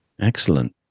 Excellent